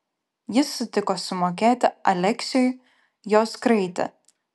jis sutiko sumokėti aleksiui jos kraitį